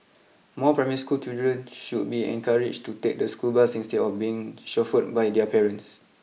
more primary school children should be encouraged to take the school bus instead of being chauffeured by their parents